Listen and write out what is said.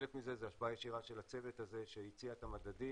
חלק מזה זה השפעה ישירה של הצוות הזה שהציע את המדדים,